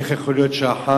איך יכול להיות שלאחר